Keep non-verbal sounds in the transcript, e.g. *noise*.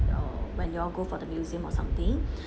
uh when you all go for the museum or something *breath*